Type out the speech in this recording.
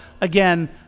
again